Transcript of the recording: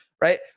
right